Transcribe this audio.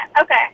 Okay